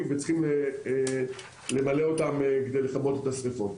וצריך למלא אותם כדי לכבות את השריפות.